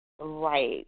Right